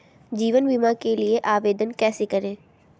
जीवन बीमा के लिए आवेदन कैसे करें?